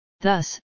Thus